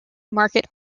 market